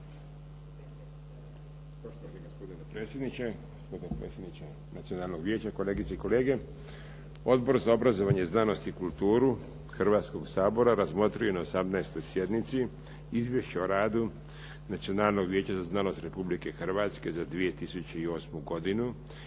Hvala gospodine potpredsjedniče, gospodine predsjedniče nacionalnog vijeća, kolege i kolege. Odbor za obrazovanje, znanost i kulturu Hrvatskoga sabora razmotrio je na 18. sjednici Izvješće o radu Nacionalnog vijeća za znanost Republike Hrvatske za 2008. godinu